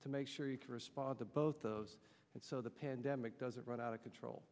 to make sure you can respond to both those and so the pandemic doesn't run out of control